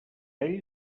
ell